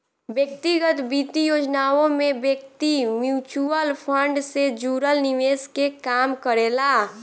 व्यक्तिगत वित्तीय योजनाओं में व्यक्ति म्यूचुअल फंड से जुड़ल निवेश के काम करेला